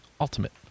Ultimate